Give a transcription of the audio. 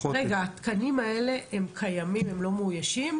--- רגע, התקנים האלה קיימים ולא מאוישים,